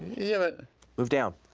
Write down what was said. yeah, but move down!